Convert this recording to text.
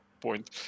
point